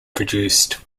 produced